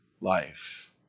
life